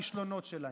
את הכישלונות,